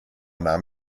nahm